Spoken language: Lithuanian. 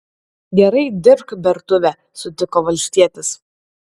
gerai dirbk bertuvę sutiko valstietis